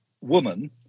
woman